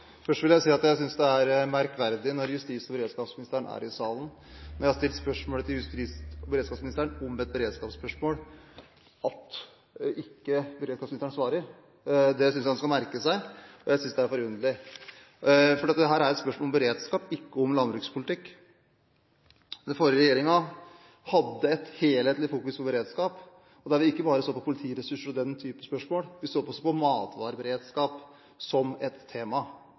Først vil jeg si at jeg synes det er merkverdig at når justis- og beredskapsministeren er i salen og jeg har stilt spørsmålet til justis- og beredskapsministeren om et beredskapsspørsmål, er det ikke justis- og beredskapsministeren som svarer. Det synes jeg han skal merke seg. Jeg synes det er forunderlig, for dette er et spørsmål om beredskap, ikke om landbrukspolitikk. Den forrige regjeringen hadde et helhetlig fokus på beredskap, der vi ikke bare så på politiressurser og den typen spørsmål, vi så også på matvareberedskap som et tema.